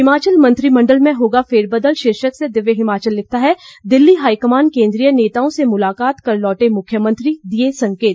हिमाचल मंत्रिमंडल में होगा फेरबदल शीर्षक से दिव्य हिमाचल लिखता है दिल्ली हाईकमान केंद्रीय नेताओं से मुलाकात कर लौटे मुख्यमंत्री दिए संकेत